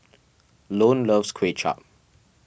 Lone loves Kuay Chap